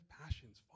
passions